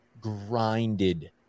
grinded